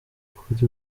kuri